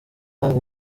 mpamvu